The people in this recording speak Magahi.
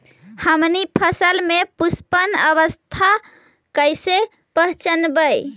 हमनी फसल में पुष्पन अवस्था कईसे पहचनबई?